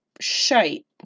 shite